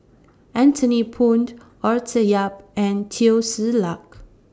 Anthony Poon Arthur Yap and Teo Ser Luck